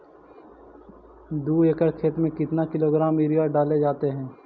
दू एकड़ खेत में कितने किलोग्राम यूरिया डाले जाते हैं?